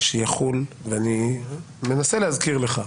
שיחול ואני מנסה להזכיר לך,